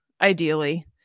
ideally